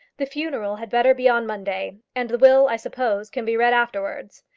the funeral had better be on monday. and the will, i suppose, can be read afterwards.